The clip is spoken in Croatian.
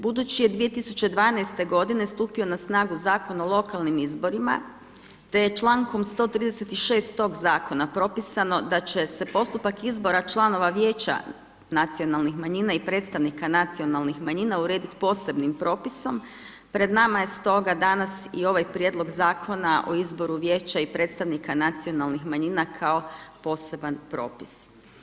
Budući je 2012. g. stupio na snagu Zakon o lokalnim izborima te je člankom 136. tog zakona propisano da će se postupak izbora članova vijeća nacionalnih manjina i predstavnika nacionalnih manjina urediti posebnim propisom, pred nama je stoga danas i ovaj Prijedlog Zakona o izboru vijeća i predstavnika nacionalnih manjina kao poseban propis.